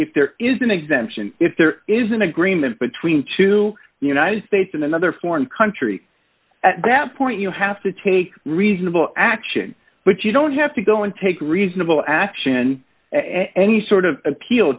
if there is an exemption if there is an agreement between two united states and another foreign country at that point you have to take reasonable action but you don't have to go and take reasonable action any sort of appeal